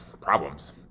problems